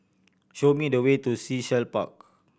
show me the way to Sea Shell Park